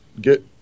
get